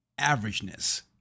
averageness